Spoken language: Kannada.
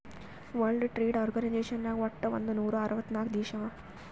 ವರ್ಲ್ಡ್ ಟ್ರೇಡ್ ಆರ್ಗನೈಜೇಷನ್ ನಾಗ್ ವಟ್ ಒಂದ್ ನೂರಾ ಅರ್ವತ್ ನಾಕ್ ದೇಶ ಅವಾ